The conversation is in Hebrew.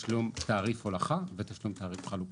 תשלום תעריף הולכה ותשלום תעריף חלוקה.